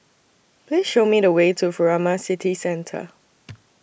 Please Show Me The Way to Furama City Centre